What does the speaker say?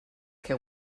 que